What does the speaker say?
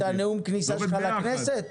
זה עובד ביחד.